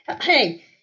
Hey